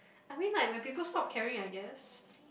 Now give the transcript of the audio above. I mean like when people stop caring I guess